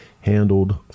handled